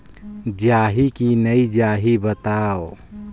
जाही की नइ जाही बताव?